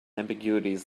ambiguities